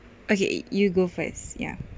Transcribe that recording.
okay you go first ya